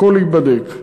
הכול ייבדק.